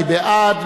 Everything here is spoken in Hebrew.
מי בעד?